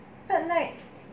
but like